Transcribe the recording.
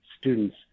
students